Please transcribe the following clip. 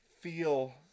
feel